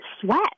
sweat